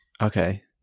Okay